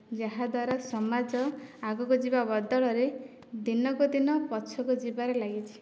ଯାହାଦ୍ଵାରା ସମାଜ ଆଗକୁ ଯିବା ବଦଳରେ ଦିନକୁ ଦିନ ପଛକୁ ଯିବାରେ ଲାଗିଛି